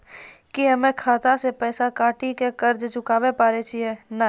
की हम्मय खाता से पैसा कटाई के कर्ज चुकाबै पारे छियै?